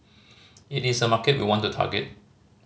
it is a market we want to target